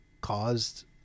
caused –